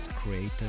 created